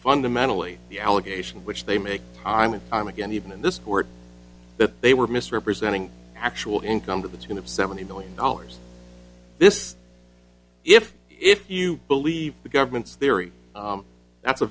fundamentally the allegation which they make i'm and i'm again even in this court that they were misrepresenting actual income to the tune of seventy million dollars this if if you believe the government's theory that's a